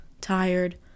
tired